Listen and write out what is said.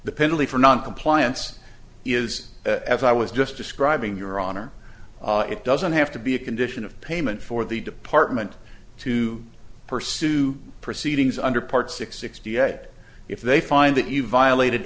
the penalty for noncompliance is as i was just describing your honor it doesn't have to be a condition of payment for the department to pursue proceedings under part six sixty yet if they find that you violated